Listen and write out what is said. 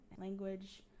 language